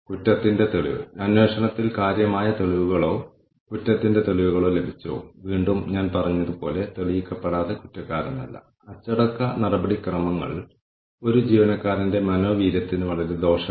കൂടാതെ നമ്മളുടെ വ്യവസായത്തിനുള്ള ഏറ്റവും മികച്ച പ്രാക്ടീസ് സ്കോർകാർഡ് കൊണ്ടുവരാനും ഈ മികച്ച പ്രാക്ടീസ് സ്കോർകാർഡിനെതിരെ ഓരോ ജീവനക്കാരന്റെയും പുരോഗതി വിലയിരുത്താനും നമ്മൾക്ക് കഴിയും